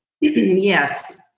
Yes